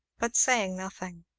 but saying nothing.